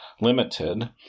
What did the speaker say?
limited